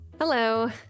hello